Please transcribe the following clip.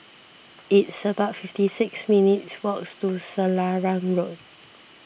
it's about fifty six minutes' walks to Selarang Road